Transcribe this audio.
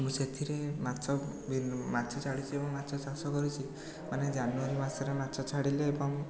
ମୁଁ ସେଥିରେ ମାଛ ଭିନ୍ନ ମାଛ ଛାଡ଼ିଛି ଏବଂ ମାଛ ଚାଷ କରିଛି ମାନେ ଜାନୁଆରୀ ମାସରେ ମାଛ ଛାଡ଼ିଲେ ଏବଂ